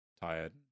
tired